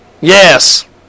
Yes